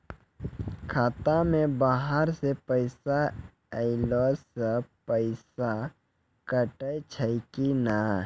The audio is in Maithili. खाता मे बाहर से पैसा ऐलो से पैसा कटै छै कि नै?